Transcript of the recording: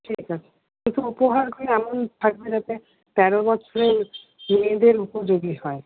ঠিক আছে কিন্তু উপহারগুলো এমন থাকবে যাতে তেরো বছরের মেয়েদের উপযোগী হয়